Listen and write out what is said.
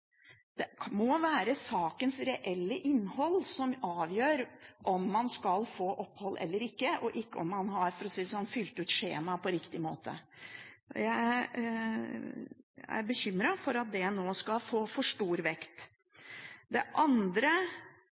der. Det må være sakens reelle innhold som avgjør om man skal få opphold eller ikke, og ikke om man har fylt ut skjemaet på riktig måte. Jeg er bekymret for at det nå skal få for stor vekt. Det andre